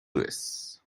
lewis